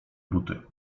buty